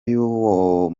y’uwo